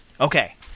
Okay